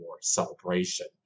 celebration